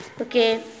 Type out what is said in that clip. Okay